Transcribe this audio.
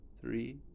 three